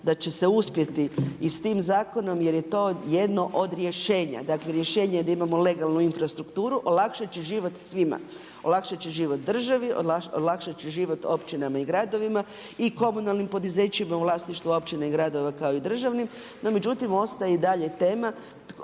da će se uspjeti i s tim zakonom jer je to jedno od rješenja. Dakle, rješenje je da imamo legalnu infrastrukturu, olakšat će život svima. Olakšat će život državi, olakšat će život općinama i gradovima i komunalnim poduzećima u vlasništvu općine i gradova kao i državnim. No međutim, ostaje i dalje tema,